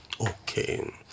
Okay